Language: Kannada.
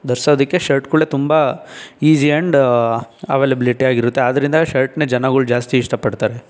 ಧರ್ಸೋದಕ್ಕೆ ಶರ್ಟ್ಗಳೇ ತುಂಬ ಈಜಿ ಆ್ಯಂಡ್ ಅವೈಲೆಬಿಲಿಟಿ ಆಗಿರುತ್ತೆ ಆದ್ದರಿಂದ ಶರ್ಟನ್ನೇ ಜನಗಳು ಜಾಸ್ತಿ ಇಷ್ಟಪಡ್ತಾರೆ